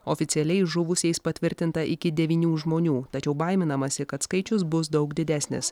oficialiai žuvusiais patvirtinta iki devynių žmonių tačiau baiminamasi kad skaičius bus daug didesnis